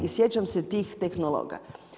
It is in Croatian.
I sjećam se tih tehnologa.